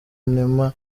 neema